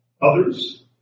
Others